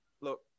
Look